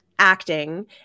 acting